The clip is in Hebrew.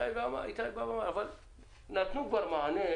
אבל נתנו כבר מענה